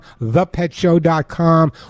ThePetShow.com